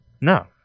no